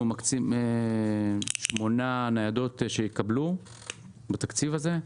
אנחנו מקצים שמונה ניידות שהתקבלו בתקציב הזה.